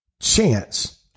chance